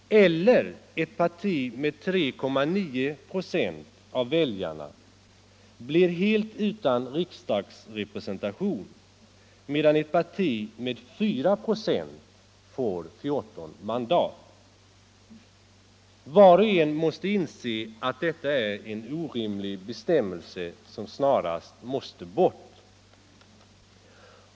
Eller: Ett parti med 3,9 96 av väljarna blir helt utan riksdagsrepresentation, medan ett parti med 4 96 får 14 mandat. Var och en måste inse att detta är en orimlig bestämmelse som snarast måste bort.